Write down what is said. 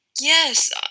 Yes